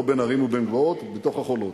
לא בין הרים ובין גבעות, בתוך החולות.